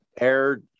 air